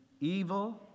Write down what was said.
evil